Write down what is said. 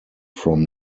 from